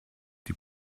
die